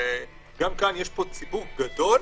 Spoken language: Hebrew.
גם כאן יש ציבור גדול,